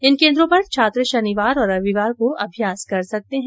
इन केंद्रों पर छात्र शनिवार और रविवार को अभ्यास कर सकते हैं